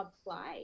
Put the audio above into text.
apply